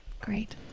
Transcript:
Great